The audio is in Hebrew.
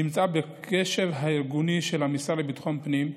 נמצאת בקשב הארגוני של המשרד לביטחון פנים.